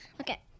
Okay